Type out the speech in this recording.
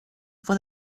for